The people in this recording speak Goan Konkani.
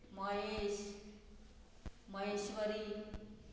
महेश महेश्वरी